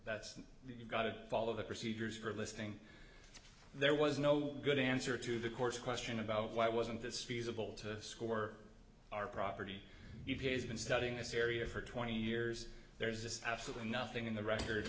you've got to follow the procedures for listing there was no good answer to the court's question about why wasn't this feasible to score our property you've been studying this area for twenty years there's just absolutely nothing in the record